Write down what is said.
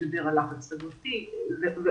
נדבר על לחץ חברתי ועוד.